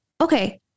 okay